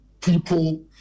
people